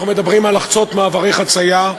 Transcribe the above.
אנחנו מדברים על לחצות במעברי חציה,